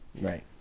Right